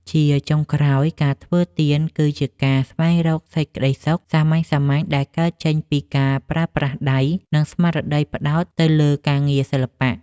ជាចុងក្រោយ ការធ្វើទៀនគឺជាការស្វែងរកសេចក្ដីសុខសាមញ្ញៗដែលកើតចេញពីការប្រើប្រាស់ដៃ និងស្មារតីផ្ដោតទៅលើការងារសិល្បៈ។